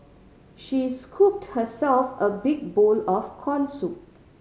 she scooped herself a big bowl of corn soup